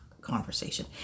conversation